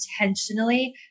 intentionally